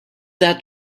that